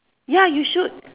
ya you should